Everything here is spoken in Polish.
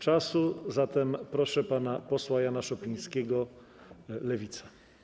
Zatem proszę pana posła Jana Szopińskiego, Lewica.